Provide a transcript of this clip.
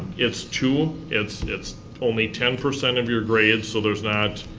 it's two, it's and it's only ten percent of your grade, so there's not